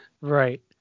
right